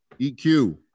EQ